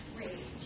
rage